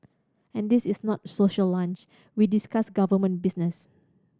and this is not social lunch we discuss government business